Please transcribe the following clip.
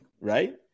right